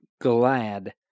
glad